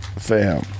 Fam